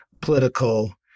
political